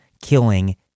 killing